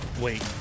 wait